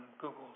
Google